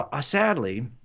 Sadly